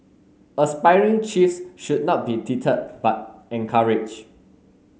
aspiring chiefs should not be deterred but encouraged